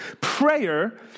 Prayer